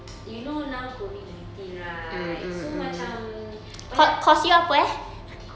you know now COVID nineteen right so macam banyak